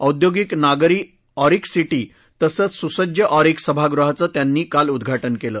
औद्योगिक नगरी ऑरिक सिद्धी तसंच सुसज्ज ऑरिक सभागृहाचं त्यांनी काल उद्घात्र केलं